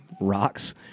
rocks